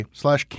slash